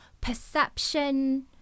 perception